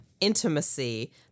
intimacy